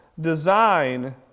design